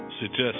suggest